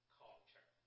culture